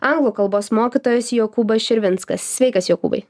anglų kalbos mokytojas jokūbas širvinskas sveikas jokūbai